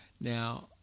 Now